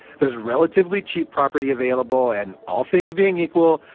there's relatively cheap property available, and all things being equal,